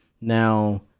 Now